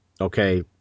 okay